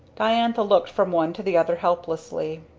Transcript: diantha looked from one to the other helplessly.